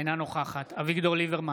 אינה נוכחת אביגדור ליברמן,